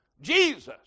Jesus